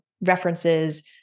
references